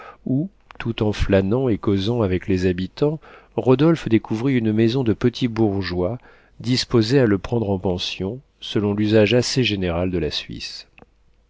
où tout en flânant et causant avec les habitants rodolphe découvrit une maison de petits bourgeois disposés à le prendre en pension selon l'usage assez général de la suisse